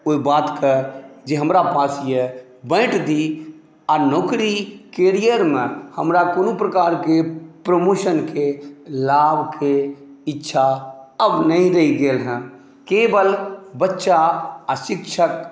ओहि बातके जे हमरा पास अइ बाँटि दी आओर नौकरी कैरियरमे हमरा कोनो प्रकारके प्रमोशनके लाभके इच्छा आब नहि रहि गेल हँ केवल बच्चा आओर शिक्षक